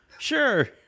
Sure